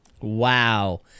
Wow